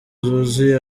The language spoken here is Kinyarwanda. zuzuye